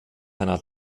einer